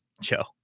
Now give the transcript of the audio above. Joe